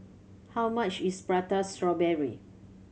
how much is Prata Strawberry